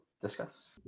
Discuss